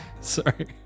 sorry